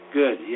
good